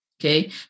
okay